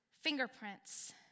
fingerprints